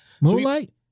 Moonlight